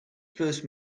first